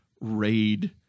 raid